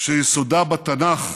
שיסודה בתנ"ך,